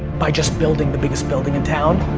by just building the biggest building in town.